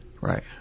Right